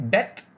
Death